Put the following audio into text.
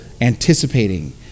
anticipating